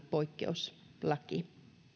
poikkeuslaki